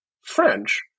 French